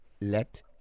let